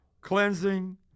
cleansing